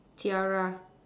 tiara